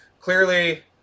clearly